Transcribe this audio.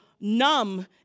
numb